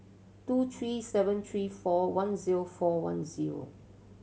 two three seven three four one zero four one zero